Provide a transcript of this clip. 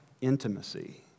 intimacy